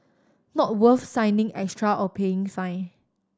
not worth signing extra or paying fine